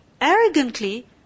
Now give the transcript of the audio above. arrogantly